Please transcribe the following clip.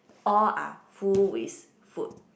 all are full with food